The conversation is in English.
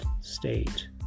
state